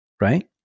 right